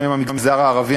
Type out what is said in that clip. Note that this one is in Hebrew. גם עם המגזר הערבי,